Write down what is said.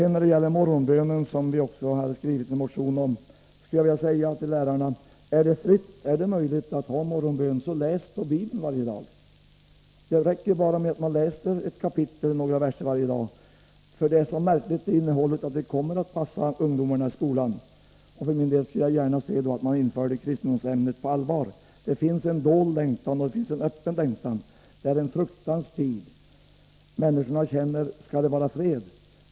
När det gäller morgonbönen, som vi också har skrivit en motion om, skulle jag vilja säga till lärarna: Är det möjligt att ha morgonbön, så läs i Bibeln varje dag! Det räcker att man läser ett kapitel eller några verser varje dag. Innehållet är så märkligt att det kommer att passa ungdomarna i skolan. För min del skulle jag gärna se att man införde kristendomsämnet på allvar. Det finns en dold och en öppen längtan. Det är en fruktans tid. Människorna undrar: Skall det vara fred?